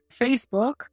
Facebook